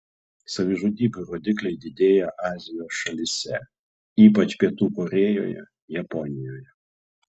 savižudybių rodikliai didėja azijos šalyse ypač pietų korėjoje japonijoje